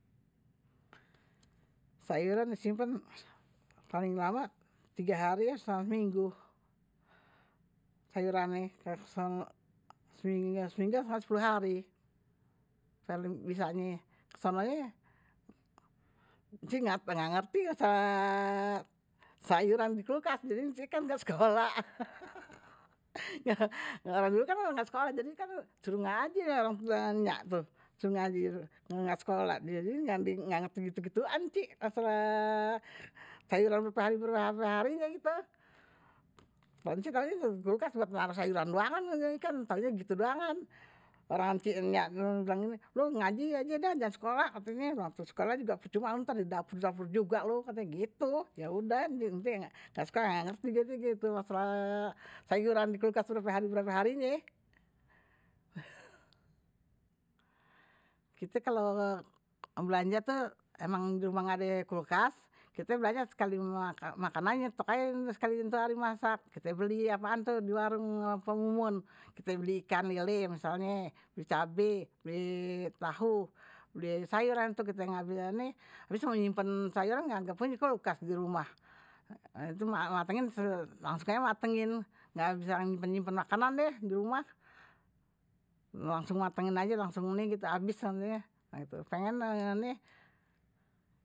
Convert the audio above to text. Sayuran disimpan paling lama tiga hari atau setengah minggu. Sayurannya seminggu ato setengah sepuluh hari. ci nggak ngerti masalah sayuran di kulkas. Jadi ci kan nggak sekolah. orang dulu kan nggak sekolah dulu, jadi kan suruh ngaji ama nyak tuh. Suruh ngajin. Saya nggak sekolah. Jadi nggak ngerti gitu-gituan, cik. Masalah sayuran berapa hari-berapa hari nye gitu. kalo cik di klukas buat naro sayuran doang. Orang cik ennyak bilang, lo ngajin aja deh, ga usah sekolah. Sekolah di dapur-dapur juga. Ya udah, nanti nggak sekolah nggak ngerti. Masalah sayuran di kulkas berapa hari-berapa harinye. kite kalau belanja tuh emang di rumah nggak ada kulkas, kite belanja sekali makanannya. nyetok aje sekali untuk hari masak. Kite beli apaan di warung pok mumun. Kite beli ikan lele, misalnya. Beli cabai, beli tahu. Beli sayuran itu kite nggak beli. Tapi semua nyimpan sayuran nggak punya kulkas di rumah. Itu matengin, langsungnya matengin. Nggak bisa nyimpan-nyimpan makanan deh di rumah. Langsung matengin aja, langsung ini kite habis. Pengen nggak nih.